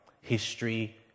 History